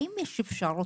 האם יש אפשרות,